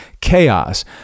chaos